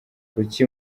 kuki